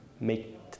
make